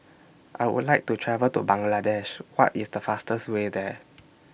I Would like to travel to Bangladesh What IS The fastest Way There